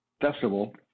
festival